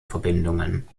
verbindungen